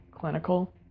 clinical